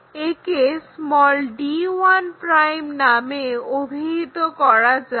একে d1' নামে অভিহিত করা যাক